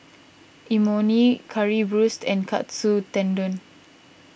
Imoni Currywurst and Katsu Tendon